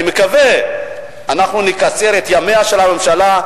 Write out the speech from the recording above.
אני מקווה שאנחנו נקצר את ימיה של הממשלה,